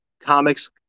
comics